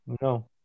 no